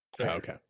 okay